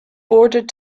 bordered